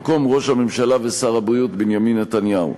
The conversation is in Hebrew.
במקום ראש הממשלה ושר הבריאות בנימין נתניהו.